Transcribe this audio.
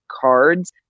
cards